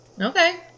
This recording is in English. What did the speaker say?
Okay